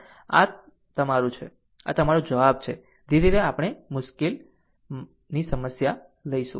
આમ આ તમારું છે આ તમારો જવાબ છે ધીરે ધીરે આપણે મુશ્કેલ સમસ્યા લઈશું